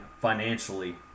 financially